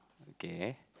okay